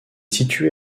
situé